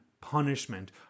punishment